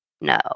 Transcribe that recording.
No